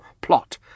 plot